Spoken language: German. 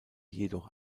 jedoch